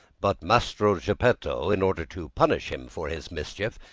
but mastro geppetto, in order to punish him for his mischief,